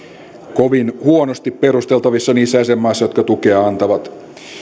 kovin huonosti perusteltavissa niissä jäsenmaissa jotka tukea antavat